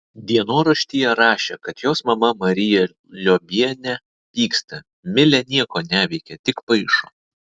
dienoraštyje rašė kad jos mama marija liobienė pyksta milė nieko neveikia tik paišo